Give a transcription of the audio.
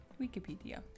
Wikipedia